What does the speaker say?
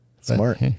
Smart